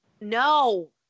No